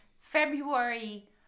February